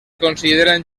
consideren